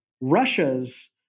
Russia's